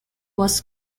was